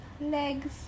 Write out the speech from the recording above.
legs